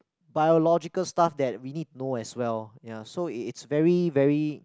biological stuff that we need to know as well ya so it it's very very